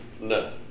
No